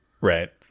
right